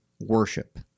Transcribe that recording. worship